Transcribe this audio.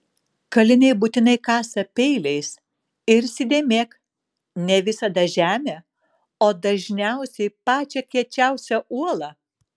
kaliniai būtinai kasa peiliais ir įsidėmėk ne visada žemę o dažniausiai pačią kiečiausią uolą